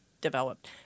developed